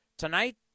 Tonight